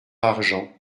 argens